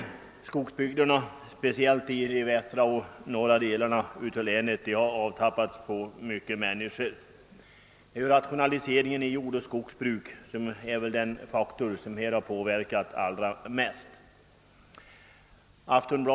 Skogsbygderna, speciellt i de västra och norra delarna av länet, har avtappats på många människor. Rationaliseringen inom jordoch skogsbruk är väl den faktor som här inverkat allra mest.